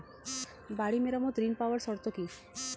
বাড়ি মেরামত ঋন পাবার শর্ত কি?